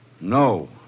No